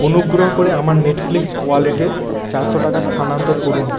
অনুগ্রহ করে আমার নেটফ্লিক্স ওয়ালেটে চারশো টাকা স্থানান্তর করুন